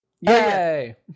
Yay